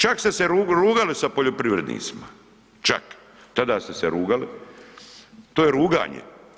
Čak ste se rugali sa poljoprivrednicima, čak, tada ste se rugali, to je ruganje.